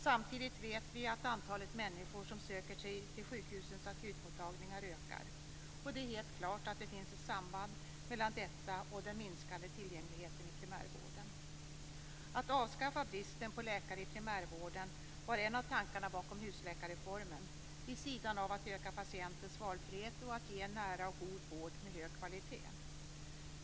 Samtidigt vet vi att antalet människor som söker sig till sjukhusens akutmottagningar ökar. Det är helt klart att det finns ett samband mellan detta och den minskade tillgängligheten i primärvården. Att avskaffa bristen på läkare i primärvården var en av tankarna bakom husläkarreformen vid sidan av att öka patientens valfrihet och att ge en nära och god vård med hög kvalitet.